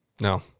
No